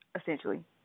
essentially